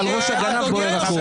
ועל ראש הגנב בוער הכובע.